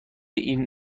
این